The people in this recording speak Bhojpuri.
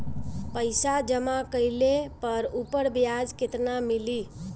पइसा जमा कइले पर ऊपर ब्याज केतना मिली?